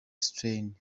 stain